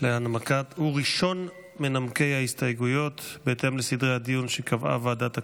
הוא ראשון מנמקי ההסתייגויות בהתאם לסדרי הדיון שקבעה ועדת הכנסת.